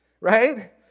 right